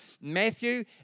Matthew